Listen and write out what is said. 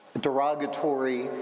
derogatory